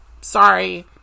Sorry